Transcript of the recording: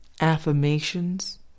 Affirmations